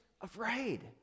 afraid